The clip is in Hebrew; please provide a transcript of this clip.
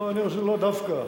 לאו דווקא.